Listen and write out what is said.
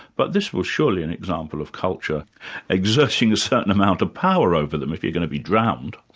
but this was surely an example of culture exerting a certain amount of power over them if they're going to be drowned.